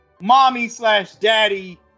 mommy-slash-daddy